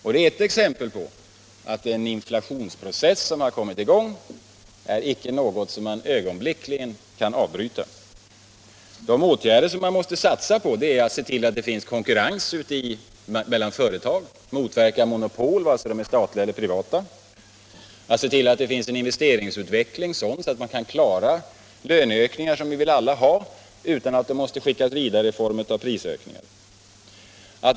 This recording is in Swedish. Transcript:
Detta är ett exempel på att den inflationsprocess som har kommit i gång icke är någonting som man ögonblickligen kan avbryta. De åtgärder som man måste satsa på är att se till att det finns konkurrens mellan företag, att motverka monopol, vare sig det är statliga eller privata, att se till att det finns en sådan investeringsutveckling att man kan klara löneökningar — något som vi ju alla vill ha — utan att behöva skicka dem vidare i form av prisökningar.